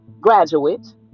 graduate